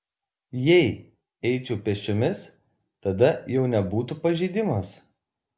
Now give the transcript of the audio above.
jei eičiau pėsčiomis tada jau nebūtų pažeidimas